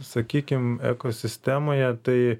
sakykim ekosistemoje tai